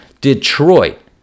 Detroit